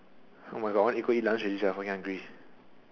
oh my god I want to eat go eat lunch already sia fucking hungry